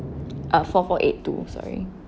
uh four four eight two sorry